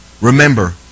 Remember